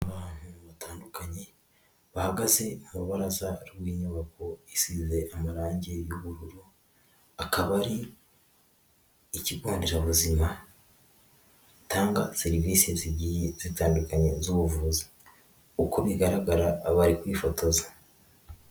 Abantu batandukanye bahagaze mu rubaraza rw'inyubako isize amarangi y'ubururu, akaba ari ikigonderabuzima batanga serivisi zigiye zitandukanye z'ubuvuzi. Uko bigaragara aba bari kwifotoza.